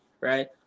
right